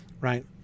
right